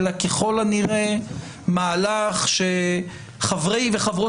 אלא ככל הנראה זהו מהלך שחברי וחברות